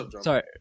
sorry